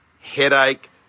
headache